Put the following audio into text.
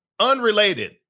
Unrelated